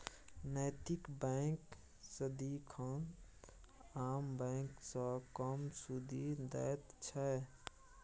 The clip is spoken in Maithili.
नैतिक बैंक सदिखन आम बैंक सँ कम सुदि दैत छै